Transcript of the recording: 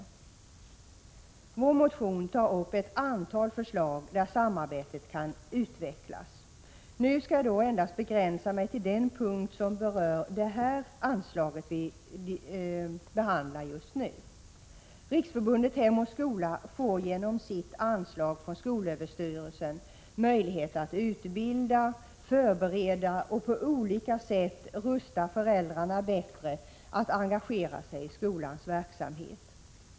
I vår motion tar vi upp ett antal förslag om hur samarbetet kan utvecklas, men jag skall begränsa mig till den punkt som berör det anslag vi behandlar just nu. Riksförbundet Hem o. skola får genom sitt anslag från skolöverstyrelsen möjlighet att utbilda, förbereda och på olika sätt göra föräldrarna bättre rustade att engagera sig i skolans verksamhet.